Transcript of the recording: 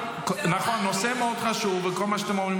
תרשו לי, תרשו לי.